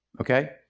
okay